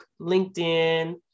LinkedIn